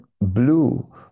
blue